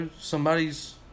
somebody's